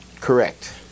Correct